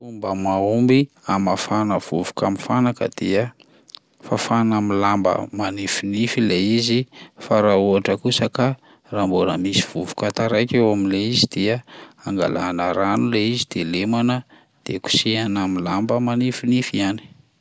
Fomba mahomby hamafana vovoka amin'ny fanaka dia fafana amin'ny lamba manifinify ilay izy fa raha ohatra kosa ka raha mbola misy vovona taraiky eo amin'le izy dia angalana rano lay izy de lemana de kosehana amin'ny lamba manifinify ihany.